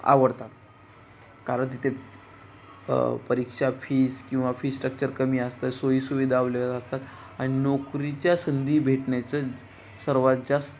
आवडतात कारण तिथे परीक्षा फीस किंवा फी स्ट्रक्चर कमी असतं सोयीसुविधा आवलेबल असतात आणि नोकरीच्या संधी भेटण्याचं सर्वात जास्त